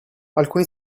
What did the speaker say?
alcuni